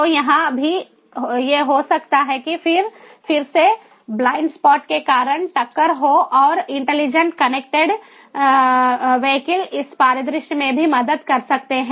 तो यहाँ भी ये हो सकता है कि फिर से ब्लाइंड स्पॉट के कारण टक्कर हो और इंटेलिजेंट कनेक्टेड वीहिकल इस परिदृश्य में भी मदद कर सकते हैं